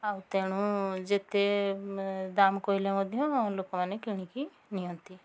ଆଉ ତେଣୁ ଯେତେ ଦାମ୍ କହିଲେ ମଧ୍ୟ ଲୋକମାନେ କିଣିକି ନିଅନ୍ତି